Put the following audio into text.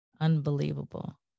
unbelievable